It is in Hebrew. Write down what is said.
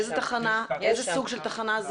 איזה סוג של תחנה,